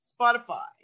Spotify